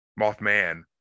Mothman